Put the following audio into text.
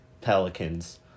Pelicans